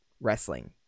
wrestling